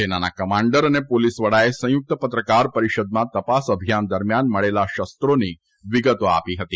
સેનાના કમાંડર અને પોલીસવડાએ સંયુક્ત પત્રકાર પરિષદમાં તપાસ અભિયાન દરમિયાન મળેલા શોની વિગતો આપી હતી